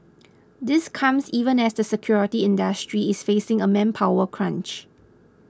this comes even as the security industry is facing a manpower crunch